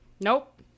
Nope